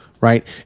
right